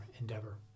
endeavor